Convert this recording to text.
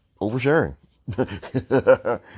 oversharing